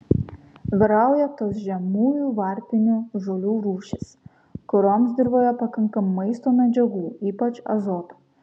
vyrauja tos žemųjų varpinių žolių rūšys kurioms dirvoje pakanka maisto medžiagų ypač azoto